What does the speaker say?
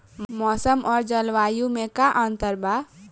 मौसम और जलवायु में का अंतर बा?